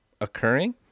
occurring